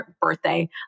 birthday